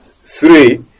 Three